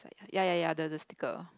ya ya ya the the stickers